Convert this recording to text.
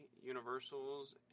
universals